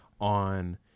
on